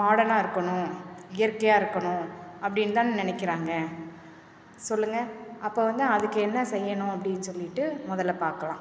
மாடனாக இருக்கணும் இயற்கையாக இருக்கணும் அப்படின்னு தானே நினைக்கறாங்க சொல்லுங்கள் அப்போ வந்து அதுக்கு என்ன செய்யணும் அப்படின் சொல்லிட்டு முதல்ல பார்க்கலாம்